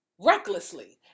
recklessly